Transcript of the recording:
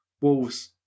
Wolves